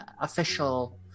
official